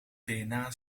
dna